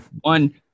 One